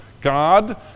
God